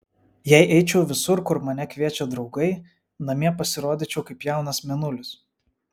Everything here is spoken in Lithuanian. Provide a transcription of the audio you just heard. jei eičiau visur kur mane kviečia draugai namie pasirodyčiau kaip jaunas mėnulis